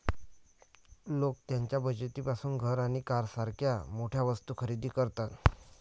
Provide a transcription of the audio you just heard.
लोक त्यांच्या बचतीतून घर आणि कारसारख्या मोठ्या वस्तू खरेदी करतात